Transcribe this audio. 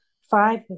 five